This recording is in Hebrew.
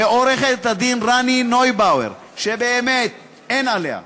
ולעורכת-הדין רני נויבואר, שבאמת אין עליה.